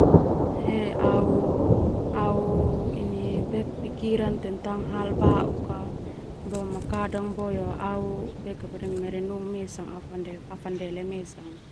Au pikiran tentang hal bauk boma kadang au afandele mesa.